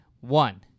One